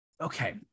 Okay